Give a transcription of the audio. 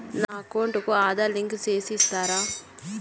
నా అకౌంట్ కు ఆధార్ లింకు సేసి ఇస్తారా?